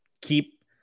keep